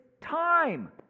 time